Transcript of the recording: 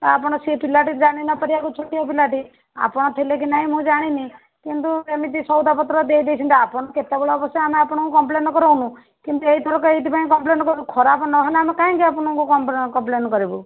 ଆପଣ ସେଇ ପିଲାଟି ଜାଣି ନପାରିବାକୁ ଛୋଟିଆ ପିଲାଟି ଆପଣ ଥିଲେ କି ନାହିଁ ମୁଁ ଜାଣିନି କିନ୍ତୁ ଏମିତି ସଉଦାପତ୍ର ଦେଇଦେଇଛନ୍ତି ଆପଣ କେତେବେଳେ ଅବଶ୍ୟ ଆମେ ଆପଣଙ୍କୁ କମ୍ପ୍ଲେନ୍ କରୁନୁ କିନ୍ତୁ ଏଇଥରକ ଏଇଥିପାଇଁ କମ୍ପଲେନ୍ କଲୁ ଖରାପ୍ ନହେଲେ ଆମେ କାହିଁକି ଆପଣଙ୍କୁ କମ୍ପ୍ଲେନ୍ କରିବୁ